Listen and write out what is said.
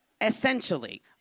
Essentially